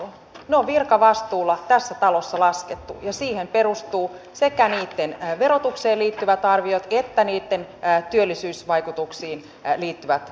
ne on virkavastuulla tässä talossa laskettu ja siihen perustuvat sekä niitten verotukseen liittyvät arviot että niitten työllisyysvaikutuksiin liittyvät arviot